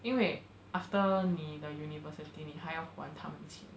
因为 after 妳的 the university 妳还要还他们钱